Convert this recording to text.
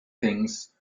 things